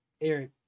Eric